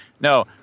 No